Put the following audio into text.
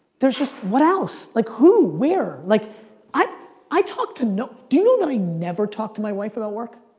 there's just, what else? like, who? where? like i i talk to no do you know that i never talk to my wife about work?